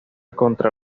contra